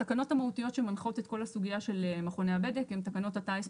התקנות המהותיות שמנחות את כל הסוגיה של מכוני הבדק הם תקנות הטיס,